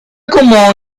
como